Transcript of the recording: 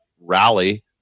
rally